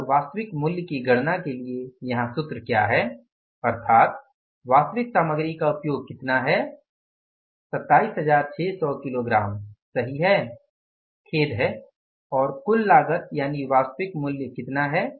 तब वास्तविक मूल्य की गणना के लिए यहां सूत्र क्या है अर्थात वास्तविक सामग्री का उपयोग कितना है 27600 किलोग्राम सही है और खेद है और कुल लागत यानि वास्तविक मूल्य कितना है